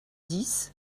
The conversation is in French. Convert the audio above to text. dix